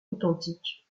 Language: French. authentique